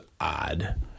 odd